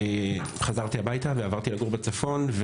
חזרתי הביתה ועברתי לגור בצפון,